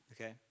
Okay